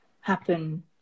happen